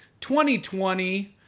2020